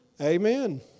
Amen